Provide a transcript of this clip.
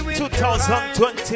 2020